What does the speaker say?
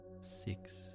six